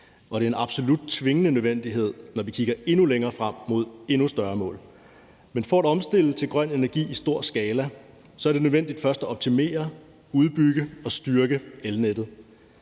Det er en absolut tvingende nødvendighed, når vi kigger endnu længere frem mod endnu større mål. Men for at omstille til grøn energi i stor skala er det nødvendigt først at optimere, udbygge og styrke elnettet.